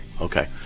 Okay